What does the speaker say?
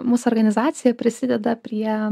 mūsų organizacija prisideda prie